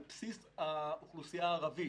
על בסיס האוכלוסייה הערבית.